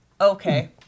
okay